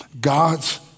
God's